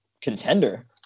contender